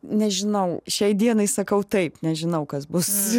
nežinau šiai dienai sakau taip nežinau kas bus